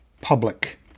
public